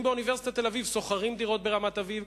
באוניברסיטת תל-אביב שוכרים דירות ברמת-אביב.